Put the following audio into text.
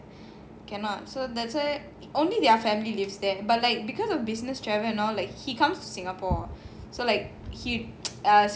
cannot so that's why only their family lives there but like because of business travel and all he comes to singapore so like err